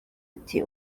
ati